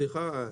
סליחה,